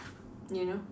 you know